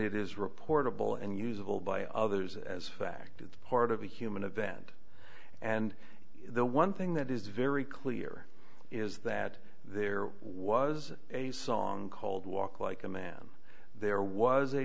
it is reportable and usable by others as fact it's part of a human event and the one thing that is very clear is that there was a song called walk like a man there was a